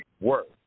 work